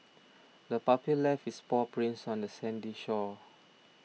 the puppy left its paw prints on the sandy shore